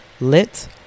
Lit